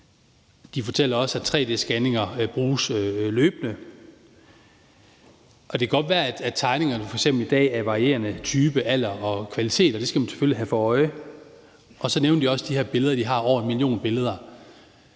De fortæller også, at tre-d-scanninger bruges løbende. Det kan godt være, at f.eks. tegningerne i dag er af varierende type, alder og kvalitet, og det skal man selvfølgelig have for øje. Og så nævnte de også, at de har over 1 million billeder.